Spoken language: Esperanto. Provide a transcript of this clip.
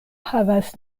havas